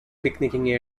picnicking